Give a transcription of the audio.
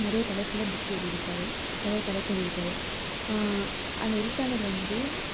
நிறைய தலைப்பில் புக்கு எழுதிருக்காரு நிறைய தலைப்பு எழுதிருக்காரு அந்த எழுத்தாளர் வந்து